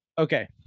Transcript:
Okay